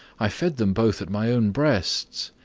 i fed them both at my own breasts.